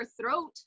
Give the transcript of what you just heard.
throat